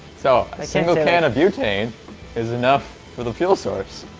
so a single can of butane is enough for the fuel source.